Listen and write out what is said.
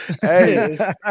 Hey